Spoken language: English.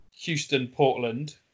Houston-Portland